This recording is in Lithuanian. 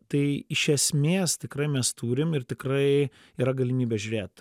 tai iš esmės tikrai mes turim ir tikrai yra galimybė žiūrėt